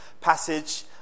passage